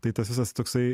tai tas visas toksai